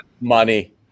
Money